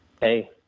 Hey